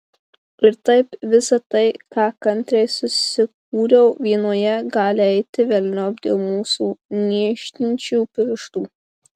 ir taip visa tai ką kantriai susikūriau vienoje gali eiti velniop dėl jūsų niežtinčių pirštų